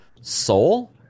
soul